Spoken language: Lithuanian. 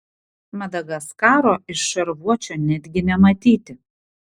madagaskaro iš šarvuočio netgi nematyti